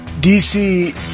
DC